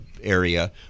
area